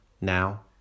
Now